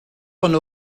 von